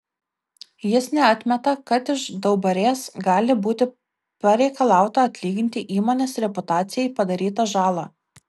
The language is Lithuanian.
jis neatmeta kad iš daubarės gali būti pareikalauta atlyginti įmonės reputacijai padarytą žalą